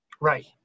Right